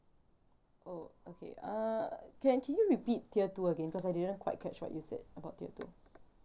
oh okay uh can can you repeat tier two again cause I didn't quite catch what you said about tier two